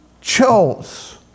chose